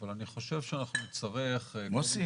אבל אני חושב שאנחנו נצטרך --- מוסי,